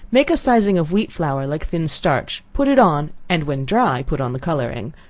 make a sizing of wheat flour like thin starch, put it on, and when dry, put on the coloring,